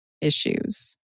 issues